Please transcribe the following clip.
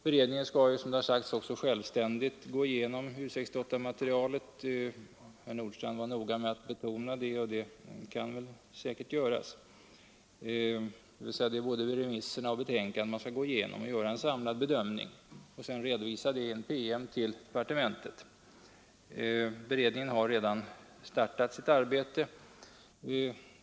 Beredningen skall självständigt gå igenom — herr Nordstrandh var noga med att betona det, och det kan säkert göras — U 68-materialet, dvs. både betänkandena och remisserna, göra en samlad bedömning och redovisa sina synpunkter i en PM till departementet. Beredningen har redan börjat sitt arbete.